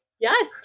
Yes